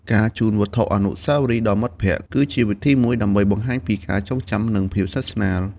ការជូនវត្ថុអនុស្សាវរីយ៍ដល់មិត្តភក្តិ គឺជាវិធីមួយដើម្បីបង្ហាញពីការចងចាំ និងភាពស្និទ្ធស្នាល។